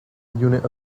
unit